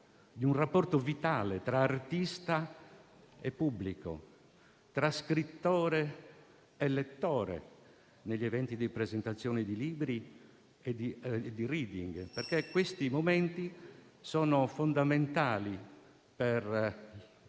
di un rapporto vitale tra artista e pubblico; tra scrittore e lettore, negli eventi di presentazione dei libri e nei *reading*, visto che questi momenti sono fondamentali per